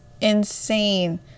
insane